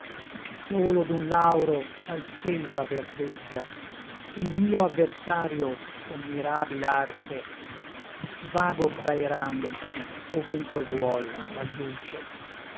solo d'un lauro tal selva verdeggia che l mio adversario con mirabil arte vago fra i rami ovunque vuol m'adduce